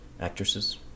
Actresses